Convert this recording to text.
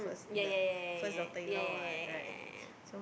ya ya ya ya ya ya ya ya ya ya